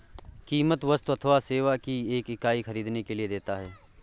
कीमत वस्तु अथवा सेवा की एक इकाई ख़रीदने के लिए देता है